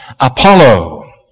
Apollo